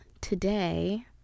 today